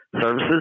services